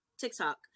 TikTok